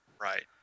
Right